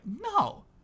no